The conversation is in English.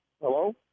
Hello